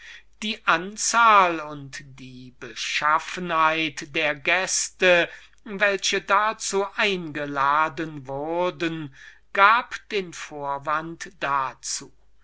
die anzahl und die beschaffenheit der gäste welche er fast täglich einlud gab den vorwand dazu